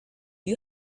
you